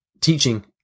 teaching